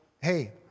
Hey